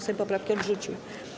Sejm poprawkę odrzucił.